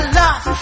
love